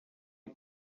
sie